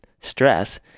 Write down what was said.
stress